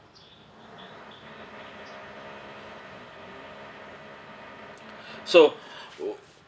so